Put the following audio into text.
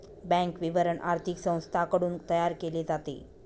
bank विवरण आर्थिक संस्थांकडून तयार केले जाते